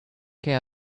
care